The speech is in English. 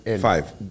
five